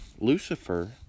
Lucifer